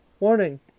Warning